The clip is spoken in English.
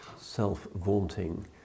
self-vaunting